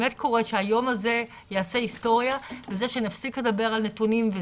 באמת קוראת שהיום הזה יעשה היסטוריה בזה שנפסיק לדבר על נתונים.